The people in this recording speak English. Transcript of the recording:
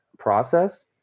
process